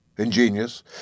ingenious